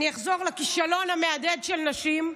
אני אחזור לכישלון המהדהד של הנשים.